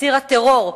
ציר הטרור,